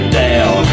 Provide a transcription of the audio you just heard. down